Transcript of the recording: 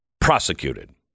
prosecuted